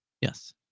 Yes